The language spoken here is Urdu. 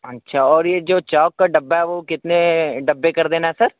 اچھا اور یہ جو چاک کا ڈبہ ہے وہ کتنے ڈبے کر دینا ہے سر